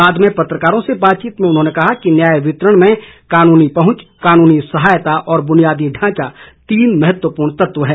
बाद में पत्रकारों से बातचीत में उन्होंने कहा कि न्याय वितरण में कानूनी पहुंच कानूनी सहायता और बुनियादी ढांचा तीन महत्वपूर्ण तत्व हैं